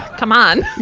come on.